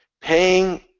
Paying